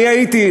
הייתי,